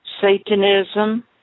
Satanism